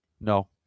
No